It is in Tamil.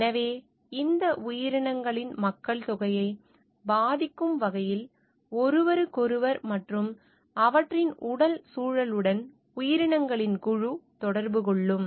எனவே இந்த உயிரினங்களின் மக்கள்தொகையை பாதிக்கும் வகையில் ஒருவருக்கொருவர் மற்றும் அவற்றின் உடல் சூழலுடன் உயிரினங்களின் குழு தொடர்பு கொள்ளும்